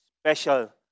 special